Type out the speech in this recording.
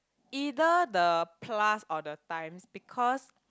either the plus or the times because